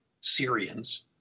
Syrians